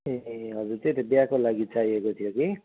ए हजुर त्यही त बिहाको लागि चाहिएको थियो कि